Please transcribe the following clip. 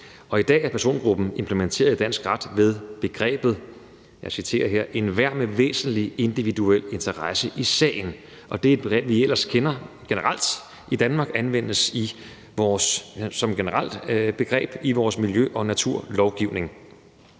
I dag er persongruppen implementeret i dansk ret ved begrebet om enhver med væsentlig individuel interesse i sagen. Det er et begreb, vi ellers kender generelt i Danmark; det anvendes som generelt begreb i vores miljø- og naturlovgivning.